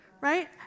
right